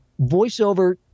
voiceover